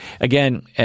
again